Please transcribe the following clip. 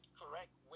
correct